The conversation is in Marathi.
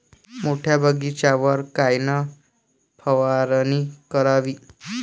मोठ्या बगीचावर कायन फवारनी करावी?